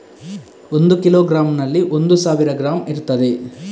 ಒಂದು ಕಿಲೋಗ್ರಾಂನಲ್ಲಿ ಒಂದು ಸಾವಿರ ಗ್ರಾಂ ಇರ್ತದೆ